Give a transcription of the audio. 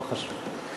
לא חשוב.